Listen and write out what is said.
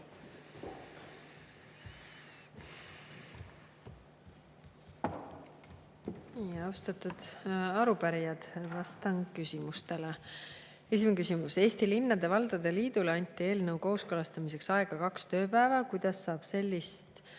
Austatud arupärijad! Vastan küsimustele. Esimene küsimus: "Eesti Linnade ja Valdade Liidule anti uue eelnõu kooskõlastamiseks aega 2 tööpäeva. Kuidas saab sellist